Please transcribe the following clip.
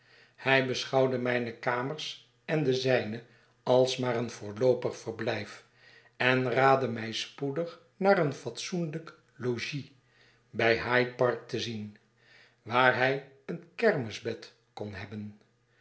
hij beschouwde mijne kamers en de zijne als maar een voorloopig verblijf en raadde mij spoedig naar een fatsoenlijk logies bij hyde park te zien waar hij een kermisbed kon hebben